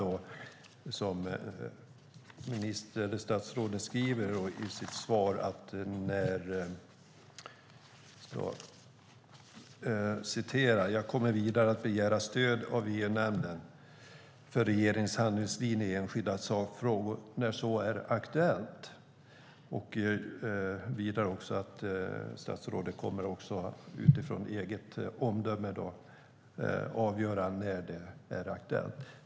Det räcker inte som statsrådet säger i sitt svar att hon kommer att begära stöd av EU-nämnden för regeringens handlingslinje i enskilda sakfrågor när så är aktuellt och att statsrådet utifrån eget omdöme kommer att avgöra när det är aktuellt.